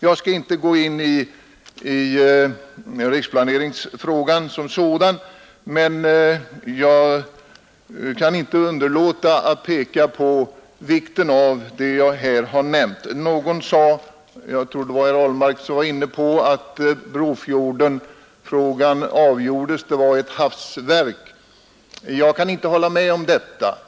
Jag skall inte gå in på riksplaneringsfrågan som sådan, men jag kan inte underlåta att betona vikten av det jag här nämnt. Jag tror att det var herr Ahlmark som var inne på att avgörandet av Brofjordenfrågan var ett hafsverk. Jag kan inte hålla med om detta.